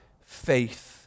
faith